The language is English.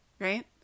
right